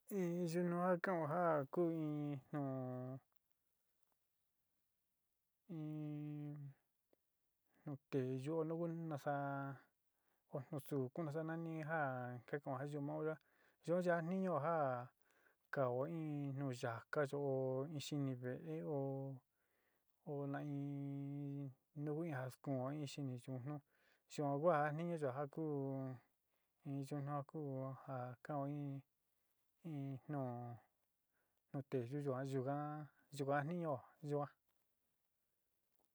Iin yunua kaun ján kuu iin no'o iin nuté yo'ó longo naxa'á, konuu xu'ú xanani jan kekon xhii niunrá yo'ó ya'á nión ján, kaon iin nuu ya'a kayo'ó ko'o iin xhii vée hó hona'a iin, nuu iax kuun koin xhitión no'ó, xhonjua niño xukua kuu iin yuu ña'a kuú, jan kauu iin, iin no'ó nute yuyua xhin njuan xhinguan iin nio'ó yuu'á.